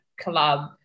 club